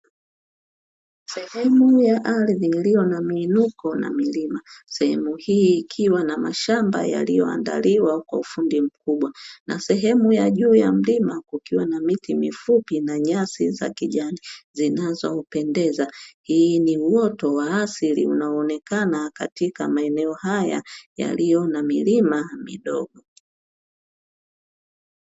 Sehemu ya ardhi iliyo na miinuko na milima, sehemu hii ikiwa na mashamba yaliyoandaliwa kwa ufundi mkubwa na sehemu ya juu ya milima kukiwa na miti mifupi na nyasi za kijani zinazopendeza. Hii ni uoto wa asili unaoonekana katika maeneo haya yaliyo na uoto mdogo.